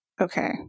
Okay